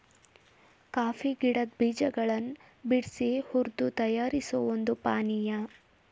coffee ಗಿಡದ್ ಬೀಜಗಳನ್ ಬಿಡ್ಸಿ ಹುರ್ದು ತಯಾರಿಸೋ ಒಂದ್ ಪಾನಿಯಾ